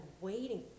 waiting